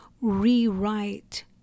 rewrite